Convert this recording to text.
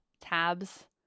tabs